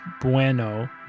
Bueno